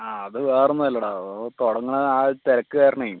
ആ അത് വേറൊന്നും അല്ലെടാ തുടങ്ങണ ആ ഒരു തിരക്ക് കാരണമേ